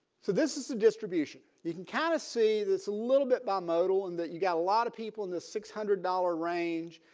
so this is a distribution. you can kind of see this little bit by modal and that you got a lot of people in the six hundred dollar range.